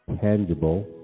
tangible